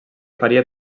faria